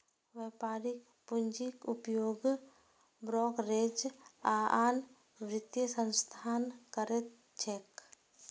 व्यापारिक पूंजीक उपयोग ब्रोकरेज आ आन वित्तीय संस्थान करैत छैक